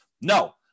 no